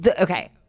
Okay